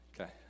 Okay